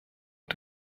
und